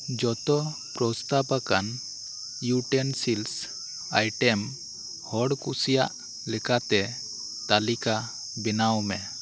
ᱡᱚᱛᱚ ᱯᱨᱚᱥᱛᱟᱵ ᱟᱠᱟᱱ ᱤᱭᱩᱴᱮᱱᱥᱤᱞᱥ ᱟᱭᱴᱮᱢ ᱦᱚᱲ ᱠᱩᱥᱤᱭᱟᱜ ᱞᱮᱠᱟᱛᱮ ᱛᱟᱞᱤᱠᱟ ᱵᱮᱱᱟᱣ ᱢᱮ